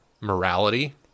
morality